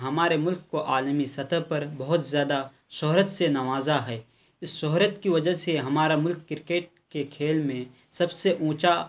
ہمارے ملک کو عالمی سطح پر بہت زیادہ شہرت سے نوازا ہے اس شہرت کی وجہ سے ہمارا ملک کرکٹ کے کھیل میں سب سے اونچا